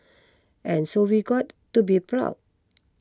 and so we've got to be proud